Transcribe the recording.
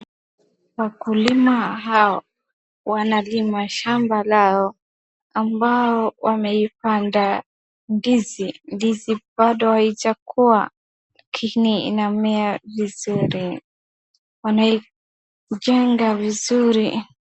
Wakulima hawa wanalima shamba lao ambao wameipanda ndizi, ndizi bado haijakua lakini inamea vizuri ,wanaijenga vizuri.